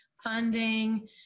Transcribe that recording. funding